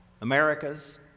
Americas